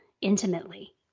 intimately